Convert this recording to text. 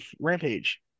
rampage